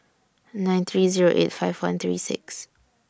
nine three Zero eight five one three six